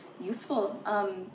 useful